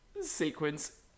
sequence